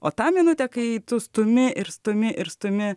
o tą minutę kai tu stumi ir stumi ir stumi